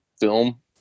film